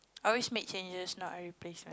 I always make changes not a replacement